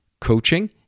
coaching